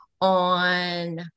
on